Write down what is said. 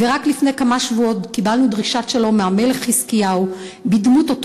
ורק לפני כמה שבועות קיבלנו דרישת שלום מהמלך חזקיהו בדמות אותו